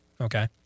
Okay